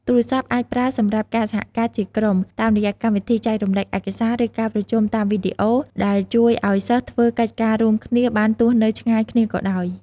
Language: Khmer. ទូរស័ព្ទអាចប្រើសម្រាប់ ការសហការជាក្រុម តាមរយៈកម្មវិធីចែករំលែកឯកសារ ឬការប្រជុំតាមវីដេអូ ដែលជួយឲ្យសិស្សធ្វើកិច្ចការរួមគ្នាបានទោះនៅឆ្ងាយគ្នាក៏ដោយ។